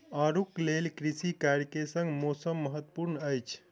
आड़ूक लेल कृषि कार्य के संग मौसम महत्वपूर्ण अछि